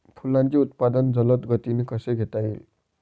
फुलांचे उत्पादन जलद गतीने कसे घेता येईल?